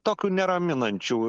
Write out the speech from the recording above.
tokių neraminančių